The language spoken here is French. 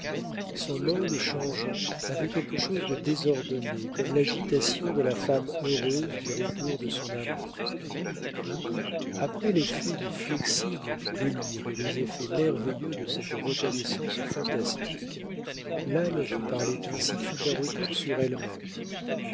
son mode changeant avait quelque chose de désordonné comme l'agitation de la femme heureuse du retour de son amant puis après les fugues flexibles du délire et les effets merveilleux de cette reconnaissance fantastique l'âme qui parlait ainsi fit un retour sur elle-même